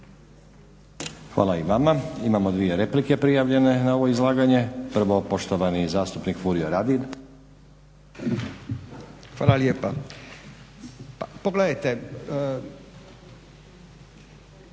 Hvala i vama. Imamo dvije replike prijavljene na ovo izlaganje. Prvo poštovani zastupnik Furio Radin. **Radin, Furio